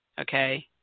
okay